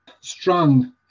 strong